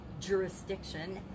jurisdiction